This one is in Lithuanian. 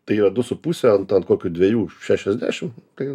tai yra du su puse ant ant kokių dviejų šešiasdešim tai